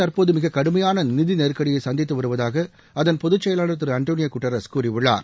தற்போது மிக கடுமையான நிதி நெருக்கடியை சந்தித்து வருவதாக அதன் பொதுச்செயலாளர் திரு அண்டோனியோ குட்ரஸ் கூறியுள்ளார்